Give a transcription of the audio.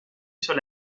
sur